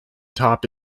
top